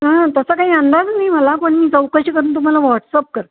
हां तसं काही अंदाज नाही मला पण मी चौकशी करून तुम्हाला व्हॉट्सअप करते